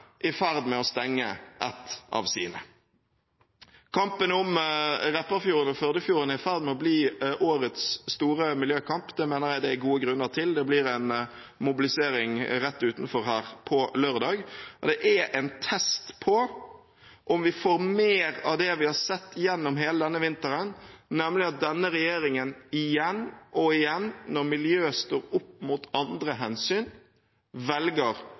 i ferd med å stenge et av sine. Kampen om Repparfjord og Førdefjorden er i ferd med å bli årets store miljøkamp. Det mener jeg det er gode grunner til. Det blir en mobilisering rett utenfor her på lørdag. Det er en test på om vi får mer av det vi har sett gjennom hele denne vinteren, nemlig at denne regjeringen igjen og igjen, når miljøet står opp mot andre hensyn, velger